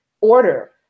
order